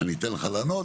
אני אתן לך לענות.